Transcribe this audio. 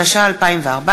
התשע"ה 2014,